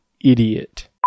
idiot